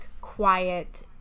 quiet